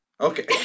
Okay